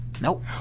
Nope